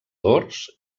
dors